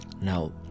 Now